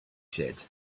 said